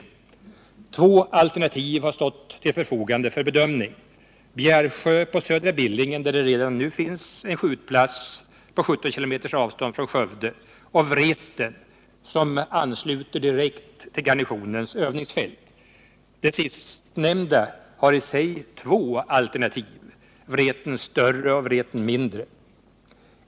Nr 48 Två alternativ har stått till förfogande för bedömning, Bjärsjö på Södra Billingen, där det redan nu finns en skjutplats på 17 km avstånd från Skövde, och Vreten, som ansluter direkt till garnisonens övningsfält. Det sistnämnda har i sig två alternativ: Vreten större och Vreten mindre.